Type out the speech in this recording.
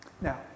Now